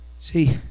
See